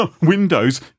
Windows